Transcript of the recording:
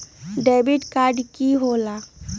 Debit card की होला?